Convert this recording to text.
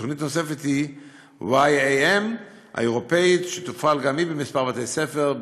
ותוכנית נוספת היא YAM האירופית שתופעל גם היא בכמה בתי-ספר.